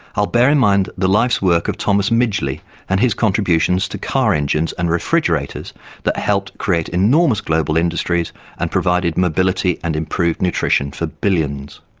i'll bear in mind the life's work of thomas midgely and his contributions to car engines and refrigerators that helped create enormous global industries and provided mobility and improved nutrition for billions.